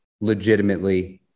legitimately